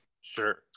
Sure